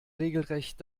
regelrecht